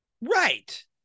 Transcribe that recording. Right